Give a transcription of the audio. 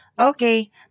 Okay